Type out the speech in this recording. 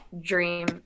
dream